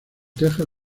tejas